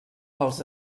els